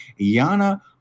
Yana